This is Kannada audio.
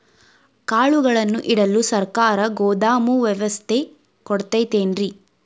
ಕಾಳುಗಳನ್ನುಇಡಲು ಸರಕಾರ ಗೋದಾಮು ವ್ಯವಸ್ಥೆ ಕೊಡತೈತೇನ್ರಿ?